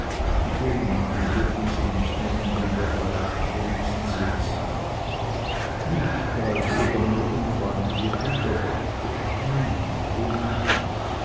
den namen dürfen sie nicht nennen lieber reiff wenigstens jetzt nicht nicht als ob er mir unfreundliche bilder weckte nein o nein